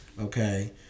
okay